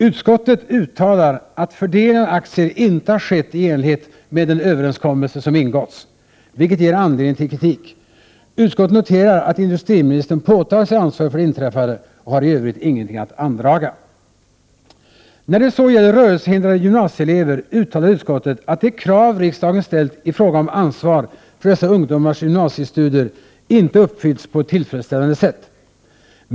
Utskottet uttalar att fördelningen av aktier inte har skett i enlighet med den överenskommelse som ingåtts, vilket ger anledning till kritik. Utskottet noterar att industriministern påtagit sig ansvaret för det inträffade och har i Övrigt ingenting att andraga. När det gäller rörelsehindrade gymnasieelever uttalar utskottet att de krav riksdagen ställt i fråga om ansvar för dessa ungdomars gymnasiestudier inte uppfyllts på ett tillfredsställande sätt.